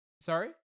Sorry